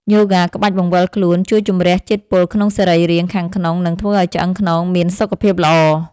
យូហ្គាក្បាច់បង្វិលខ្លួន ជួយជម្រះជាតិពុលក្នុងសរីរាង្គខាងក្នុង និងធ្វើឱ្យឆ្អឹងខ្នងមានសុខភាពល្អ។